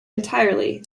entirely